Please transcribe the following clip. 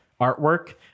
artwork